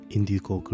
Indigo